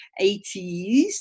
80s